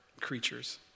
creatures